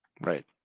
Right